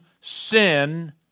sin